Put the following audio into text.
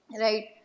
Right